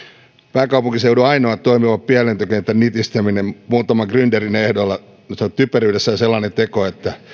pääkaupunkiseudun ainoan toimivan pienlentokentän nitistäminen muutaman grynderin ehdoilla on minusta typeryydessään sellainen teko että